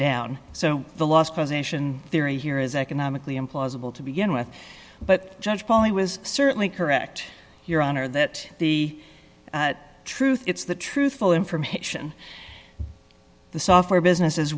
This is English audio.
down so the last position theory here is economically implausible to begin with but judge pauley was certainly correct your honor that the truth it's the truthful information the software business is